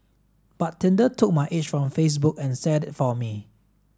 but Tinder took my age from Facebook and set it for me